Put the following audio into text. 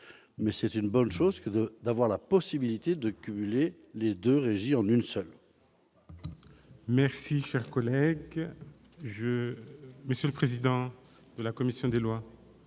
laisser le choix, que d'avoir la possibilité de cumuler les deux régies en une seule.